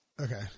Okay